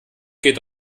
geht